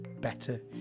better